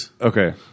Okay